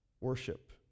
worship